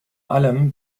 allem